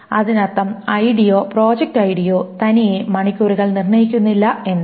അതിനർത്ഥം ഐഡിയോ പ്രോജക്റ്റ് ഐഡിയോ തനിയെ മണിക്കൂറുകൾ നിർണ്ണയിക്കുന്നില്ല എന്നാണ്